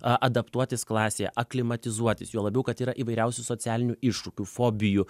adaptuotis klasėje aklimatizuotis juo labiau kad yra įvairiausių socialinių iššūkių fobijų